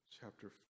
chapter